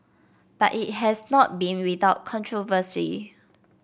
but it has not been without controversy